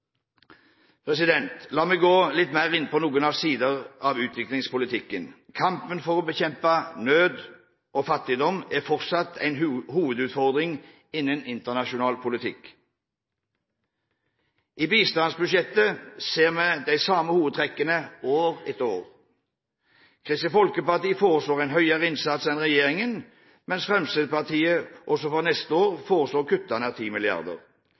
La meg gå litt mer inn på noen sider av utviklingspolitikken. Kampen for å bekjempe nød og fattigdom er fortsatt en hovedutfordring innen internasjonal politikk. I bistandsbudsjettet ser vi de samme hovedtrekkene år etter år. Kristelig Folkeparti foreslår en høyere innsats enn regjeringen, mens Fremskrittspartiet også for neste år foreslår å kutte